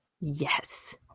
Yes